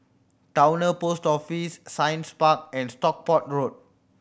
Towner Post Office Science Park and Stockport Road